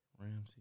Ramsey